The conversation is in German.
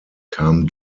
kam